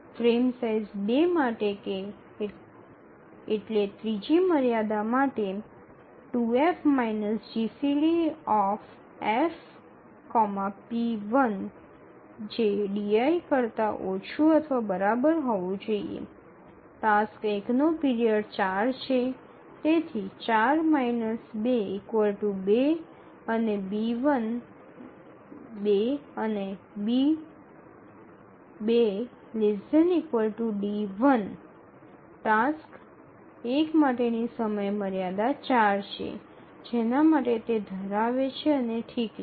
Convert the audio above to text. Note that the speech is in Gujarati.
ફ્રેમ સાઇઝ ૨ માટે એટલે કે ત્રીજી મર્યાદા માટે ૨F GCD F p1 ≤ di task એકનો પીરિયડ ૪ છે અને તેથી ૪ ૨ ૨ અને ૨ ≤ d1 ટાસ્ક એક માટેની સમયમર્યાદા ૪ છે જેના માટે તે ધરાવે છે અને ઠીક છે